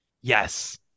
Yes